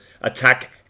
attack